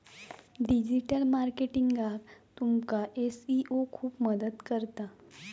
digital मार्केटिंगाक तुमका SEO खूप मदत करता